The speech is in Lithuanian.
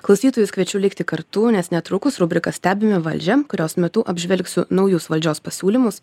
klausytojus kviečiu likti kartu nes netrukus rubrika stebime valdžią kurios metu apžvelgsiu naujus valdžios pasiūlymus